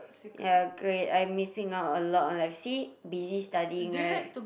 ya great I'm missing out a lot like see busy studying right